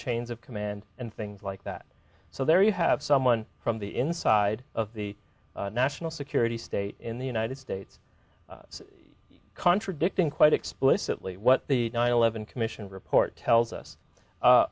chains of command and things like that so there you have someone from the inside of the national security state in the united states contradicting quite explicitly what the nine eleven commission report tells us